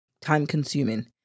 time-consuming